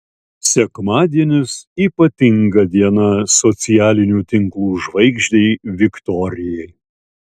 sekmadienis ypatinga diena socialinių tinklų žvaigždei viktorijai